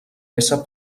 ésser